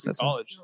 college